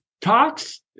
talks